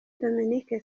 dominique